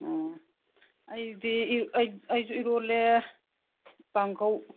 ꯑꯣ ꯑꯩꯗꯤ ꯑꯩꯁꯨ ꯏꯔꯣꯜꯂꯦ ꯀꯥꯡꯉꯧ